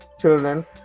children